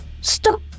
stop